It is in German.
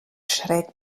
schräg